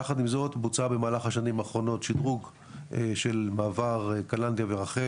יחד עם זאת בוצע במהלך השנים האחרונות שדרוג של מעבר קלנדיה ורחל